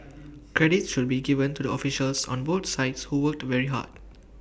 credit should be given to the officials on both sides who worked very hard